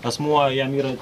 asmuo jam yra